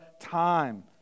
time